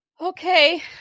Okay